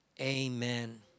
Amen